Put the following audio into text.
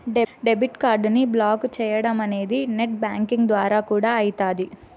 debit కార్డుని block చేయడమనేది net banking ద్వారా కూడా అయితాది